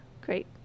great